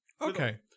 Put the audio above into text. Okay